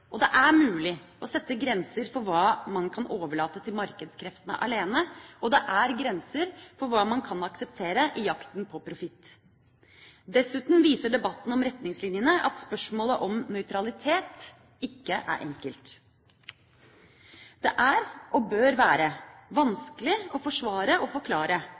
og det er mulig å sette grenser for hva man kan overlate til markedskreftene alene, og det er grenser for hva man kan akseptere i jakten på profitt. Dessuten viser debatten om retningslinjene at spørsmålet om nøytralitet ikke er enkelt. Det er – og bør være – vanskelig å forsvare og forklare